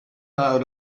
out